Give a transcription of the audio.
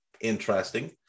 interesting